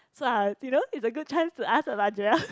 so I you know it's a good chance to ask about Joel